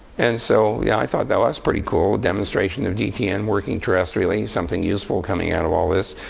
and so yeah i thought that was pretty cool, demonstration of dtn working terrestrially, something useful coming out of all this.